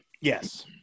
yes